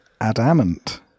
adamant